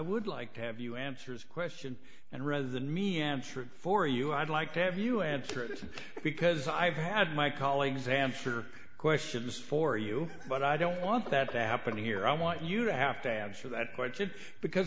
would like to have you answers question and rather than me enter it for you i'd like to have you answer it because i had my colleagues answer questions for you but i don't want that to happen here i want you to have to have sure that question because